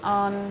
on